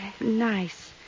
Nice